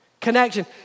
Connection